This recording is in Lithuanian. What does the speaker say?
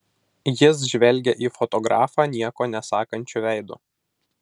jis žvelgė į fotografą nieko nesakančiu veidu